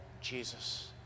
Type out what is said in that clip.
Jesus